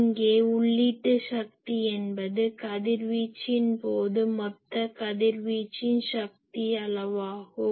இங்கே உள்ளீட்டு சக்தி என்பது கதிர்வீச்சின் போது மொத்த கதிர்வீச்சின் சக்தி அளவாகும்